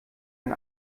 ein